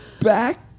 back